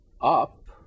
up